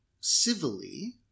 civilly